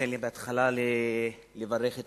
תן לי בהתחלה לברך את